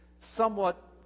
somewhat